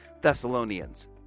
Thessalonians